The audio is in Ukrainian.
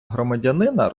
громадянина